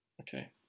Okay